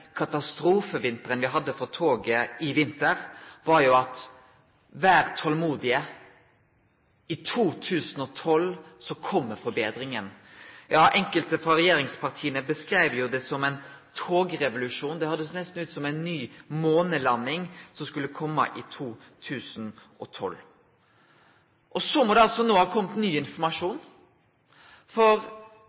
katastrofevinteren vi hadde for toget i vinter, var: Ver tolmodige, i 2012 kjem forbetringa. Ja, enkelte frå regjeringspartia framstilte det som ein togrevolusjon. Det høyrdest nesten ut som ei ny månelanding som skulle kome i 2012. Så må det no ha kome ny informasjon, for